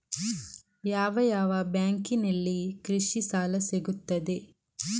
ಯಾವ ಯಾವ ಬ್ಯಾಂಕಿನಲ್ಲಿ ಕೃಷಿ ಸಾಲ ಸಿಗುತ್ತದೆ?